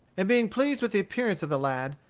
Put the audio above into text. and being pleased with the appearance of the lad,